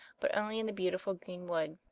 but only in the beautiful green-wood.